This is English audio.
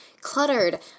cluttered